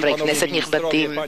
חברי כנסת נכבדים,